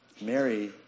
Mary